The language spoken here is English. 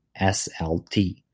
slt